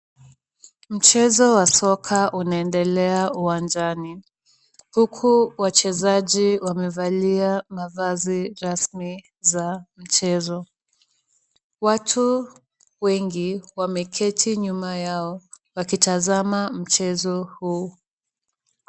Mchezo wa soka unaendelea uwanjani, huku wachezaji wamevalia mavazi rasmi za mchezo. Watu wengi wameketi nyuma yao wakitazama mchezo huu.